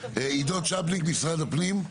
עידו צ'פניק, משרד הפנים?